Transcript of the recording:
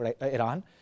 Iran